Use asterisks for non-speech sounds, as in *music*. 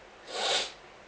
*breath*